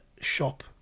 shop